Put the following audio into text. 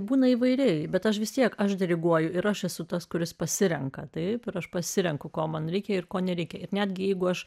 būna įvairiai bet aš vis tiek aš diriguoju ir aš esu tas kuris pasirenka taip ir aš pasirenku ko man reikia ir ko nereikia ir netgi jeigu aš